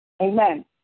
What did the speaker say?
Amen